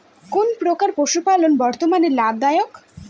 কোন প্রকার পশুপালন বর্তমান লাভ দায়ক?